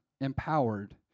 empowered